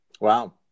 Wow